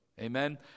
Amen